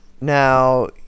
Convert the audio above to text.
Now